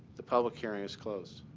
the public hearing is closed.